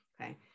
okay